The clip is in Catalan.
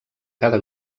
cada